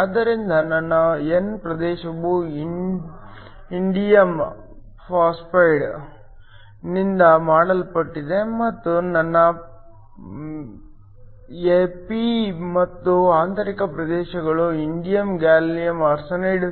ಆದ್ದರಿಂದ ನನ್ನ n ಪ್ರದೇಶವು ಇಂಡಿಯಮ್ ಫಾಸ್ಫೈಡ್ ನಿಂದ ಮಾಡಲ್ಪಟ್ಟಿದೆ ಮತ್ತು ನನ್ನ p ಮತ್ತು ಆಂತರಿಕ ಪ್ರದೇಶಗಳು ಇಂಡಿಯಂ ಗ್ಯಾಲಿಯಂ ಆರ್ಸೆನೈಡ್